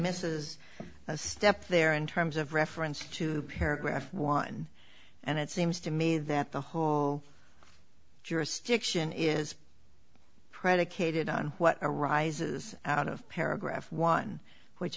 mrs step there in terms of reference to paragraph one and it seems to me that the whole jurisdiction is predicated on what arises out of paragraph one which